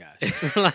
guys